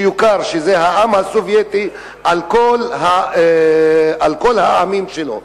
שיוכר שזה העם הסובייטי על כל העמים שלו.